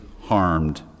harmed